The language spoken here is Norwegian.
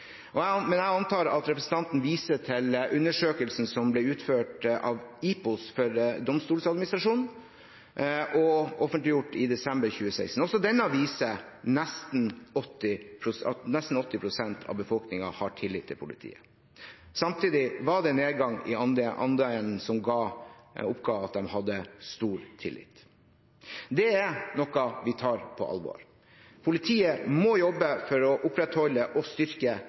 Men jeg antar at representanten Ljunggren viser til undersøkelsen som ble utført av Ipsos for Domstolssadministrasjonen og offentligjort i desember 2016. Også denne viser at nesten 80 pst. av befolkningen har tillit til politiet. Samtidig var det nedgang i andelen som oppga at de hadde stor tillit. Det er noe vi tar alvorlig. Politiet må jobbe for å opprettholde og å styrke